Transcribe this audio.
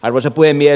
arvoisa puhemies